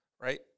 right